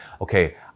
okay